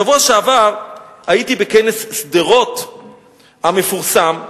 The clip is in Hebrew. בשבוע שעבר הייתי בכנס שדרות המפורסם,